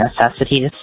necessities